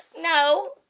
No